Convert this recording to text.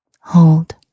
hold